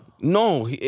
No